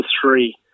three